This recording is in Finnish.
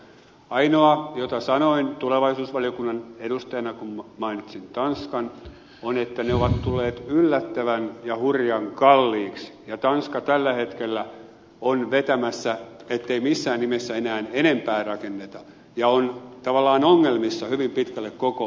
ainoa mitä sanoin tulevaisuusvaliokunnan edustajana kun mainitsin tanskan oli että tuulivoimalat ovat tulleet yllättävän ja hurjan kalliiksi ja tanska on tällä hetkellä vetämässä sitä linjaa ettei missään nimessä enää enempää rakenneta ja on tavallaan hyvin pitkälle ongelmissa koko tuulimyllysysteeminsä kanssa